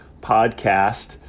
podcast